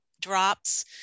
drops